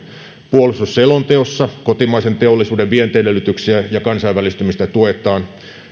puolustusselonteossa kotimaisen teollisuuden vientiedellytyksiä ja kansainvälistymistä tuetaan